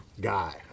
guy